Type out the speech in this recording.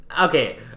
Okay